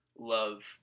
love